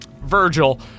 Virgil